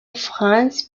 france